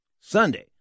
Sunday